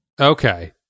okay